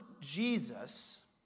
Jesus